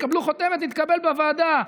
יקבלו חותמת: התקבל בוועדה,